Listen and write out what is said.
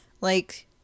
like-